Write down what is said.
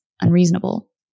unreasonable